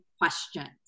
questions